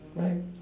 right